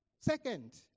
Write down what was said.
Second